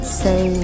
say